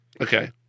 okay